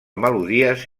melodies